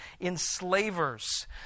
enslavers